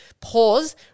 pause